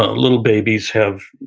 ah little babies have,